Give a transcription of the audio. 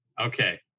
Okay